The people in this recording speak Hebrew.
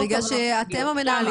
בגלל שאתם הבעלים